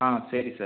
ஆ சரி சார்